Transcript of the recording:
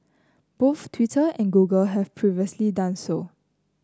both Twitter and Google have previously done so